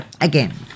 again